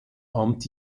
amt